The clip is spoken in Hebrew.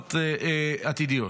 הכנסות עתידיות.